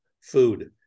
food